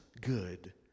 good